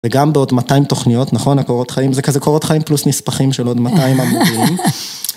וגם בעוד 200 תוכניות, נכון, הקורות חיים, זה כזה קורות חיים פלוס נספחים של עוד 200 עמודים.